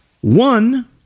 One